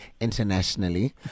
internationally